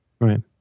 Right